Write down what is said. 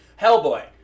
Hellboy